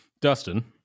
dustin